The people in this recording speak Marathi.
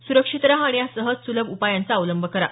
सुरक्षित रहा आणि या सहज सुलभ उपायांचा अवलंब करा